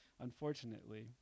unfortunately